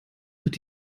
wird